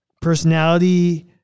personality